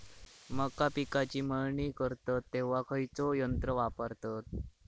मका पिकाची मळणी करतत तेव्हा खैयचो यंत्र वापरतत?